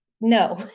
no